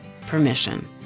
Permission